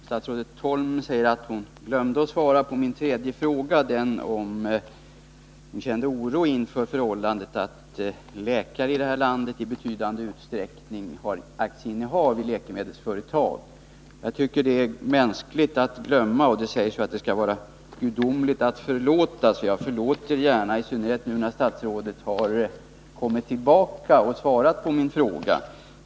Herr talman! Statsrådet Holm säger att hon glömde att svara på min tredje fråga, den om hon kände oro inför förhållandet att läkare i det här landet i betydande utsträckning har aktier i läkemedelsföretag. Jag tycker det är mänskligt att glömma, och det sägs att det är gudomligt att förlåta. Jag förlåter alltså gärna, i synnerhet när statsrådet nu har kommit tillbaka och svarat på min fråga.